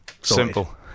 simple